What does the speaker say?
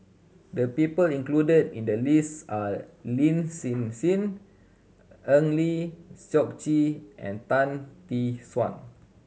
the people included in the list are Lin Hsin Hsin Eng Lee Seok Chee and Tan Tee Suan